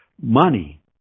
Money